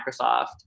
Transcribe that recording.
Microsoft